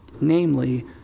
Namely